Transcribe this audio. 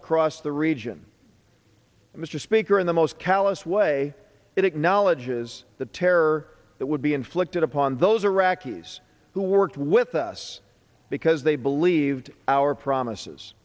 across the region mr speaker in the most callous way it acknowledges the terror that would be inflicted upon those iraqis who worked with us because they believed our promises